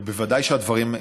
ובוודאי שהדברים,